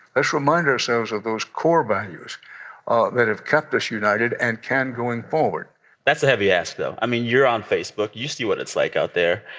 let's remind ourselves of those core values that have kept us united and can going forward that's a heavy ask, though. i mean, you're on facebook. you see what it's like out there.